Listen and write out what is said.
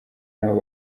n’abo